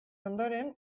ondoren